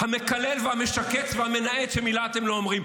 המקלל והמשקץ והמנאץ, שמילה אתם לא אומרים.